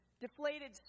deflated